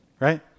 right